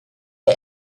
gie